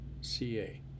CA